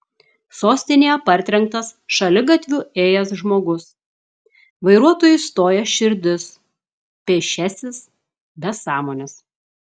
sostinėje partrenktas šaligatviu ėjęs žmogus vairuotojui stoja širdis pėsčiasis be sąmonės